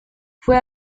fue